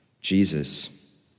Jesus